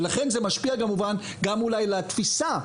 ולכן זה משפיע כמובן גם אולי לתפיסה,